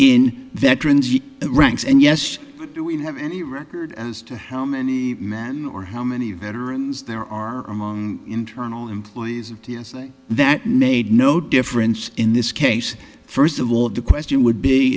in veterans ranks and yes do we have any record as to how many men or how many veterans there are among internal employees of t s a that made no difference in this case first of all the question would be